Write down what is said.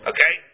Okay